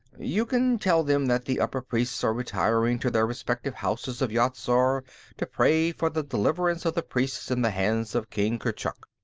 you can tell them that the upper-priests are retiring to their respective houses of yat-zar to pray for the deliverance of the priests in the hands of king kurchuk.